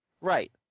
right